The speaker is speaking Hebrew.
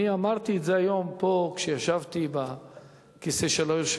אני אמרתי את זה פה היום כשישבתי בכיסא היושב-ראש,